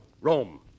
Rome